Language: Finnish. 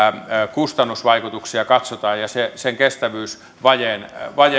kustannusvaikutuksia ja kestävyysvajeen